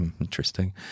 interesting